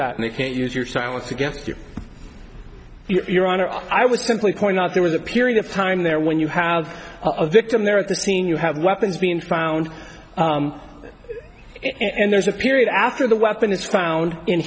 that and they can't use your silence against you your honor i would simply point out there was a period of time there when you have a victim there at the scene you have weapons being found and there's a period after the weapon is found in